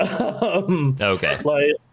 Okay